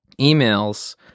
emails